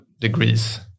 degrees